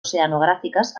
oceanogràfiques